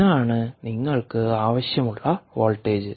ഇതാണ് നിങ്ങൾക്ക് ആവശ്യമുള്ള വോൾട്ടേജ്